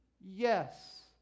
Yes